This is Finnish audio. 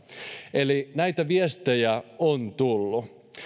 eli näitä viestejä on tullut